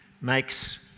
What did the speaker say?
makes